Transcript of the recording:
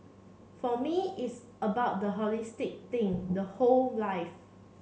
for me it's about the holistic thing the whole life